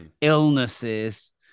illnesses